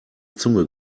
zunge